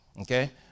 Okay